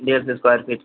डेढ़ सौ square fit